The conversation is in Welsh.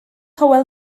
hywel